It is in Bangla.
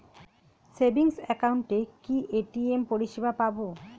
সেভিংস একাউন্টে কি এ.টি.এম পরিসেবা পাব?